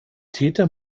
täter